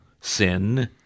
sin